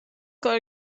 کار